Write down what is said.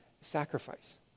sacrifice